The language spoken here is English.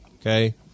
Okay